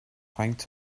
faint